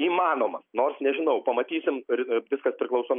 įmanomas nors nežinau pamatysime viskas priklauso nuo